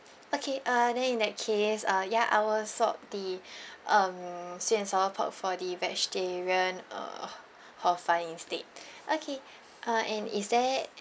okay uh then in that case uh ya I will swap the um sweet and sour pork for the vegetarian err hor fun instead okay uh and is there